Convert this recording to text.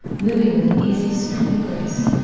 moving with an easy stripling grace,